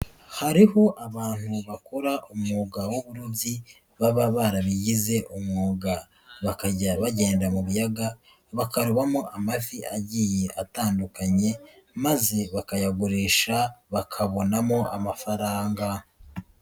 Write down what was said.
Hariho abantu bakora umwuga w'uburobyi baba barabigize umwuga, bakajya bagenda mu biyaga bakarobamo amafi agiye atandukanye maze bakayagurisha bakabonamo amafaranga.